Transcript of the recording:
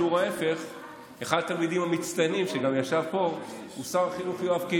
השיעור הראשון שאני ארצה ללמד אתכם הוא השיעור הכי חשוב.